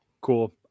Cool